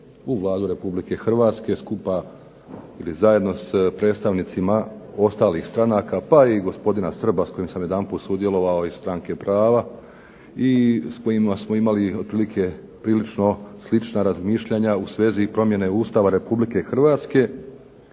u Vladu Republike Hrvatske skupa ili zajedno s predstavnicima ostalih stranaka pa i gospodina Srba s kojim sam jedanput sudjelovao iz stranke prava i s kojima smo imali otprilike prilično slična razmišljanja u svezi promjene Ustava Republike Hrvatske